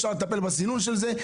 אפשר לטפל בסינון של זה.